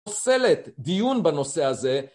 סלט, דיון בנושא הזה.